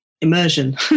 immersion